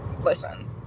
Listen